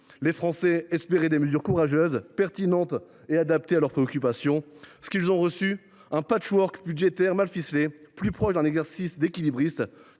Les Français espéraient des mesures courageuses, pertinentes et adaptées à leurs préoccupations. Qu’ont ils reçu ? Un patchwork budgétaire mal ficelé, plus proche d’un exercice d’équilibriste